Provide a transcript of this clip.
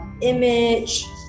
image